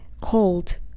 cold